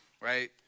right